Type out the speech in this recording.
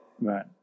Right